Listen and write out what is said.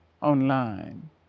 online